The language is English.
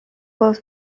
was